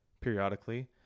periodically